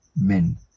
men